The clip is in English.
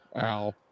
Ow